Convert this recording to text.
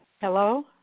Hello